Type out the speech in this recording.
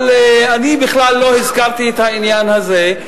אבל אני בכלל לא הזכרתי את העניין הזה.